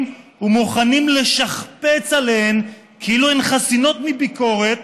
ומוכנים לשכפץ עליהם כאילו הם חסינים מביקורת,